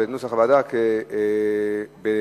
נתקבל.